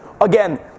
again